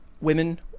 women